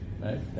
right